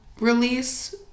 release